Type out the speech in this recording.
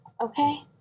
Okay